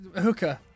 hooker